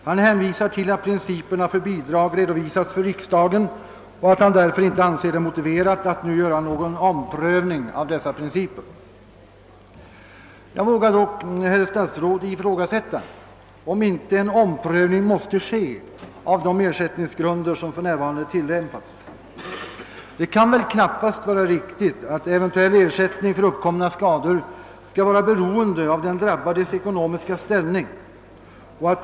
Han hänvisar till att principerna för bidrag har redovisats för riksdagen och anser det därför inte motiverat att nu ompröva dessa principer. Jag vågar dock ifrågasätta, herr statsråd, om inte en omprövning av de ersättningsgrunder som för närvarande tillämpas måste göras. Det kan väl knappast vara riktigt att ersättningen för uppkomna skador skall vara beroende av den drabbades ekonomiska ställning.